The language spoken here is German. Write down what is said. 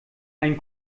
ein